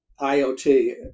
IoT